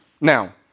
Now